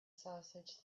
sausage